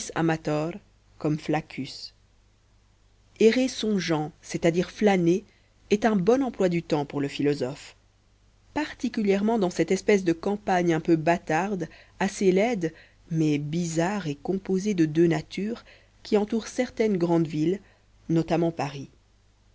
amator comme flaccus errer songeant c'est-à-dire flâner est un bon emploi du temps pour le philosophe particulièrement dans cette espèce de campagne un peu bâtarde assez laide mais bizarre et composée de deux natures qui entoure certaines grandes villes notamment paris